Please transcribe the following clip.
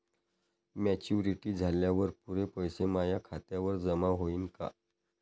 Maturity झाल्यावर पुरे पैसे माया खात्यावर जमा होईन का?